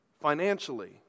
financially